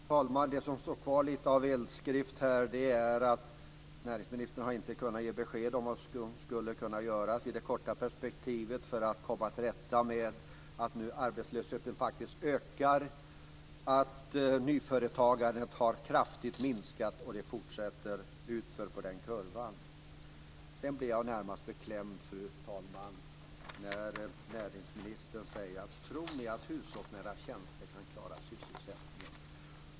Fru talman! Det som står kvar i eldskrift här är att näringsministern inte har kunnat ge besked om vad som skulle kunna göras i det korta perspektivet för att komma till rätta med att arbetslösheten nu ökar, att nyföretagandet kraftigt har minskat och att det fortsätter utför på den kurvan. Jag blev närmast beklämd, fru talman, när näringsministern frågade om vi tror att hushållsnära tjänster kan klara sysselsättningen.